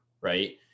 right